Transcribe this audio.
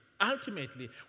ultimately